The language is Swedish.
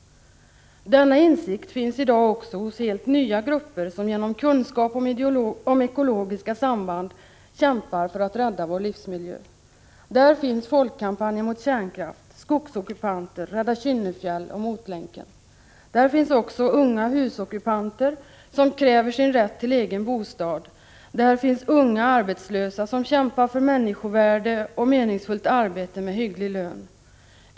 Denna insikt finns i dag också hos helt nya grupper som genom kunskap om ekologiska samband kämpar för att rädda vår livsmiljö. Där finns Folkkampanjen mot kärnkraft, skogsockupanter, Rädda Kynnefjäll och Motlänken. Där finns också unga husockupanter som kräver sin rätt till en egen bostad, och där finns unga arbetslösa som kämpar för människovärde och meningsfullt arbete med en hygglig lön.